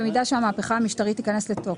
יבוטלו במידה שהמהפכה המשטרית תיכנס לתוקף".